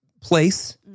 place